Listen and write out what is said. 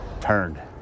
turned